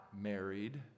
married